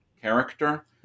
character